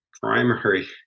primary